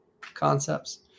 concepts